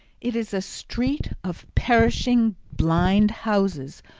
it is a street of perishing blind houses,